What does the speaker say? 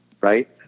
right